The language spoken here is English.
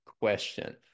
question